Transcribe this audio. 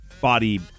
body